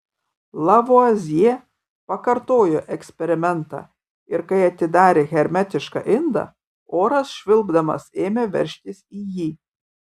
lavuazjė pakartojo eksperimentą ir kai atidarė hermetišką indą oras švilpdamas ėmė veržtis į jį